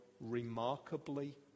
remarkably